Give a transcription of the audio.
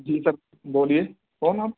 جی sir بولیے کون آپ